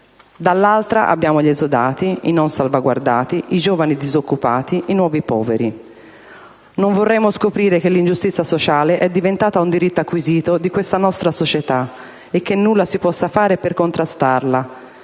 Dall'altra abbiamo gli esodati, i non salvaguardati, i giovani disoccupati, i nuovi poveri. Non vorremmo scoprire che l'ingiustizia sociale è diventato un diritto acquisito di questa nostra società e che nulla si possa fare per contrastarla.